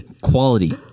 quality